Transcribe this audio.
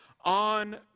on